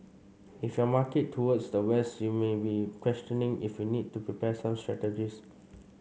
if your market towards the west you may be questioning if you need to prepare some strategies